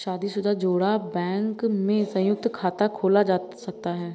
शादीशुदा जोड़ा बैंक में संयुक्त खाता खोल सकता है